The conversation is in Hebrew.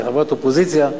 כחברת אופוזיציה,